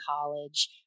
college